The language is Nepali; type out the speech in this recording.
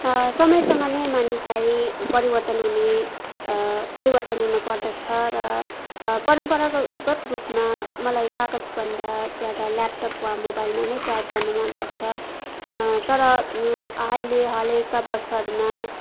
समयसँग नै मानिसलाई परिवर्तन हुने परिवर्तन हुनु पर्दछ र परम्परागत रूपमा मलाई कागजभन्दा ज्यादा ल्यापटप वा मोबाइलमा नै टाइप गर्नु मनपर्छ तर अहिले हालैका वर्षहरूमा